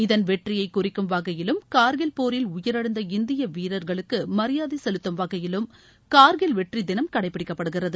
இதன் வெற்றியை குறிக்கும் வகையிலும் கார்கில் போரில் உயிரிழந்த இந்திய வீரர்களுக்கு மரியாதை செலுத்தும் வகையிலும் கார்கில் வெற்றி தினம் கடைப்பிடிக்கப்படுகிறது